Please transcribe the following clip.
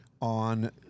on